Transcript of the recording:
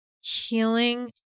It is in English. healing